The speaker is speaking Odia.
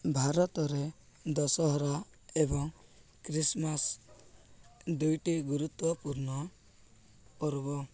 ଭାରତରେ ଦଶହରା ଏବଂ ଖ୍ରୀଷ୍ଟମାସ୍ ଦୁଇଟି ଗୁରୁତ୍ୱପୂର୍ଣ୍ଣ ପର୍ବ